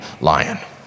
lion